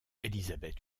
élisabeth